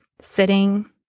sitting